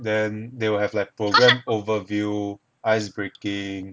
then they will have like program overview ice breaking